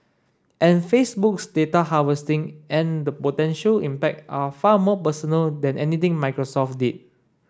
and Facebook's data harvesting and the potential impact are far more personal than anything Microsoft did